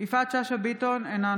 יפעת שאשא ביטון, אינה נוכחת